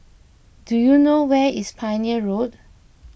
do you know where is Pioneer Road